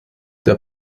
der